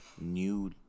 new